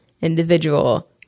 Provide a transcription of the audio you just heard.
individual